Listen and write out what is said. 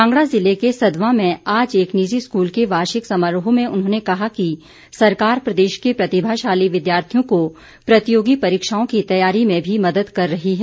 कांगड़ा जिला के सदवां में आज एक निजी स्कूल के वार्षिक समारोह में उन्होंने कहा कि सरकार प्रदेश के प्रतिभाशाली विद्यार्थियों को प्रतियोगी परीक्षाओं की तैयारी में भी मदद कर रही है